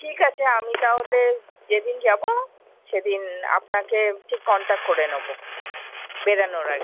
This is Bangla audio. ঠিক আছে আমি তাহলে যেদিন যাবো সেদিন আপনাকে ঠিক কন্টাক্ট করে নেবো বেরানোর আগে